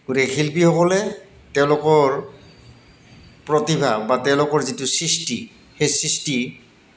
গতিকে শিল্পীসকলে তেওঁলোকৰ প্ৰতিভা বা তেওঁলোকৰ যিটো সৃষ্টি সেই সৃষ্টি